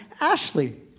Ashley